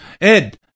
Ed